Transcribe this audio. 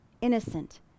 innocent